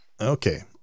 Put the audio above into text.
Okay